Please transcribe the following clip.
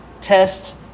test